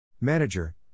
Manager